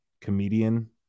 Comedian